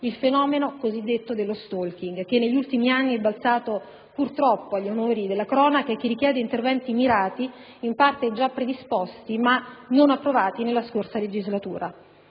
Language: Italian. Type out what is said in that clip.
fenomeno dello *stalking*, che negli ultimi anni è balzato purtroppo agli onori della cronaca e che richiede interventi mirati, in parte già predisposti ma non approvati nella scorsa legislatura.